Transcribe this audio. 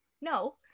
no